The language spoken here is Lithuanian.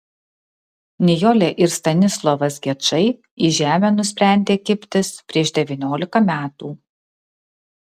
nijolė ir stanislovas gečai į žemę nusprendė kibtis prieš devyniolika metų